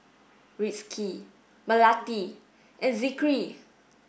Rizqi Melati and Zikri